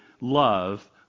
love